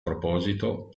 proposito